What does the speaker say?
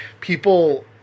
people